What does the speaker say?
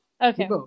okay